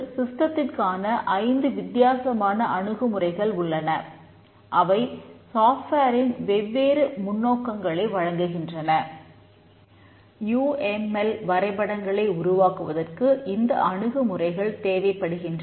சிஸ்டத்தின் வெவ்வேறு முன்னோக்கங்களை வழங்குகின்றன